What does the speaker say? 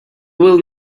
will